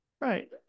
Right